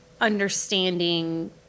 understanding